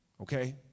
Okay